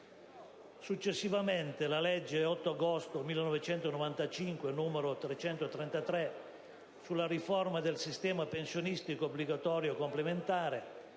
Successivamente, la legge 8 agosto 1995, n. 335 ("Riforma del sistema pensionistico obbligatorio e complementare")